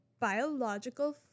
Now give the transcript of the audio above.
biological